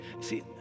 See